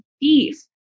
beef